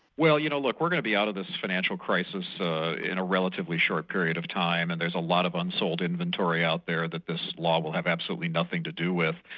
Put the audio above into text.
well you know, look, we're going to be out of this financial crisis in a relatively short period of time and there's a lot of unsold inventory out there that this law will have absolutely nothing to do with.